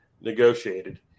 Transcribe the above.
negotiated